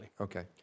Okay